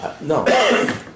no